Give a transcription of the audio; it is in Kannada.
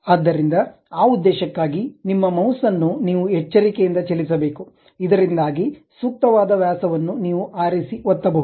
ಆದ್ದರಿಂದ ಆ ಉದ್ದೇಶಕ್ಕಾಗಿ ನಿಮ್ಮ ಮೌಸ್ ಅನ್ನು ನೀವು ಎಚ್ಚರಿಕೆಯಿಂದ ಚಲಿಸಬೇಕು ಇದರಿಂದಾಗಿ ಸೂಕ್ತವಾದ ವ್ಯಾಸವನ್ನು ನೀವು ಆರಿಸಿ ಒತ್ತಬಹುದು